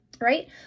right